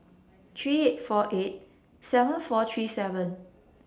three eight four eight seven four three seven